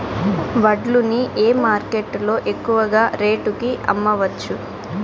వడ్లు ని ఏ మార్కెట్ లో ఎక్కువగా రేటు కి అమ్మవచ్చు?